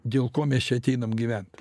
dėl ko mes čia ateinam gyvent